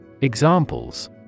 Examples